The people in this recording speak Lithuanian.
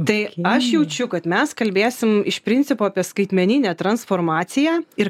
tai aš jaučiu kad mes kalbėsim iš principo apie skaitmeninę transformaciją ir